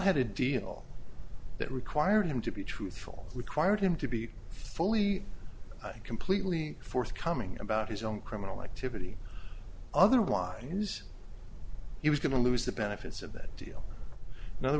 had a deal that required him to be truthful required him to be fully and completely forthcoming about his own criminal activity otherwise he was going to lose the benefits of that deal and other